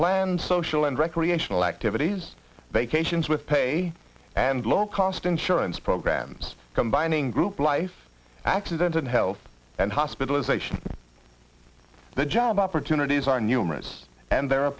plan social and recreational activities vacations with pay and low cost insurance programs combining group life accident and health and hospitalization the job opportunities are numerous and there are